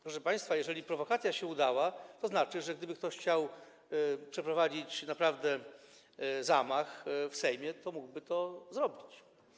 Proszę państwa, jeżeli prowokacja się udała, to znaczy, że gdyby ktoś chciał naprawdę przeprowadzić zamach w Sejmie, to mógłby to zrobić.